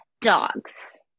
Dogs